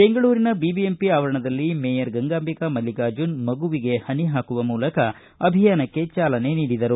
ಬೆಂಗಳೂರಿನ ಬಿಬಿಎಂಪಿ ಆವರಣದಲ್ಲಿ ಮೇಯರ್ ಗಂಗಾಂಬಿಕಾ ಮಲ್ಲಿಕಾರ್ಜುನ್ ಮಗುವಿಗೆ ಹನಿ ಹಾಕುವ ಮೂಲಕ ಅಭಿಯಾನಕ್ಕೆ ಚಾಲನೆ ನೀಡಿದರು